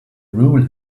rule